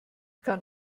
kann